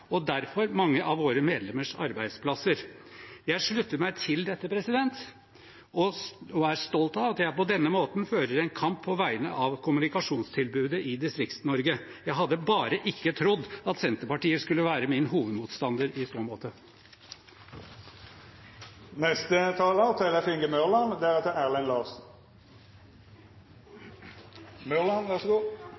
og derfor mange av våre medlemmers arbeidsplasser.» Jeg slutter meg til dette og er stolt av at jeg på denne måten fører en kamp på vegne av kommunikasjonstilbudet i Distrikts-Norge. Jeg hadde bare ikke trodd at Senterpartiet skulle være min hovedmotstander i så måte.